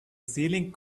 ceiling